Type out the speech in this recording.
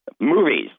Movies